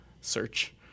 search